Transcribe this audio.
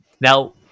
Now